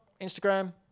Instagram